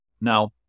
Now